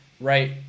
Right